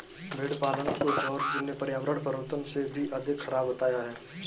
भेड़ पालन को जॉर्ज ने पर्यावरण परिवर्तन से भी अधिक खराब बताया है